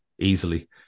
easily